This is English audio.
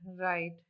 right